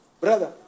Brother